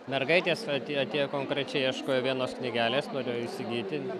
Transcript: mergaitės atėjo atėjo konkrečiai ieškojo vienos knygelės norėjo įsigyti